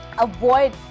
Avoid